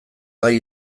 gai